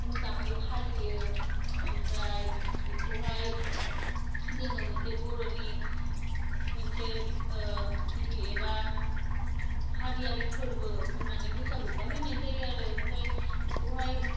मोजाङै फालियो ओमफ्राय बेखौहाय जोङो मोनसे बर'नि मोनसे गिबि एबा हारियारि फोरबो होन्नानै बैसागुखौहाय होननाय जायो आरो ओमफ्राय बेखोवहाय